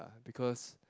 because